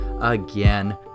again